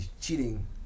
cheating